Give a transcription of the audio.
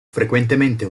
frequentemente